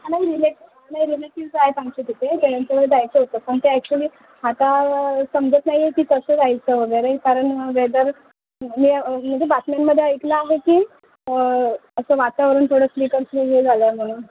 नाही रिलेट् नाही रिलेटिव्ज आहेत आमचे तिथे त्यांचं हे द्यायचं होतं पण ते ॲक्चुली आता समजत नाही आहे की कसं यायचं वगैरे कारण वेदर हे म्हणजे बातम्यांमध्ये ऐकलं आहे की असं वातावरण थोडं हे झालं आहे म्हणून